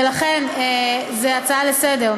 ולכן זו הצעה לסדר-היום,